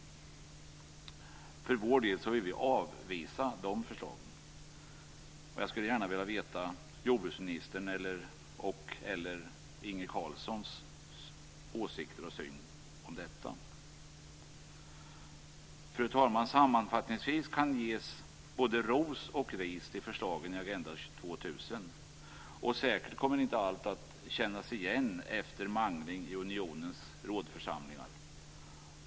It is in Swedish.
För vår del vill vi avvisa dessa förslag. Jag skulle gärna vilja höra jordbruksministerns och/eller Inge Carlssons åsikter om och syn på detta. Fru talman! Sammanfattningsvis kan ges både ros och ris till förslagen i Agenda 2000, och säkert kommer inte allt att kännas igen efter mangling i unionens rådsförsamlingar.